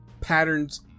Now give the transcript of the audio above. patterns